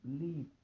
leave